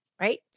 right